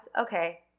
Okay